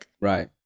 Right